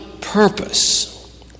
purpose